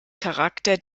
charakter